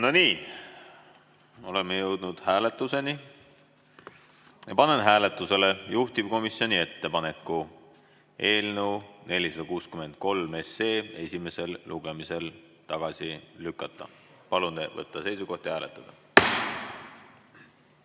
nii. Oleme jõudnud hääletuseni. Panen hääletusele juhtivkomisjoni ettepaneku eelnõu 463 esimesel lugemisel tagasi lükata. Palun teil võtta seisukoht ja hääletada!